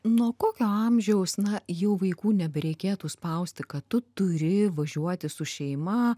nuo kokio amžiaus na jau vaikų nebereikėtų spausti kad tu turi važiuoti su šeima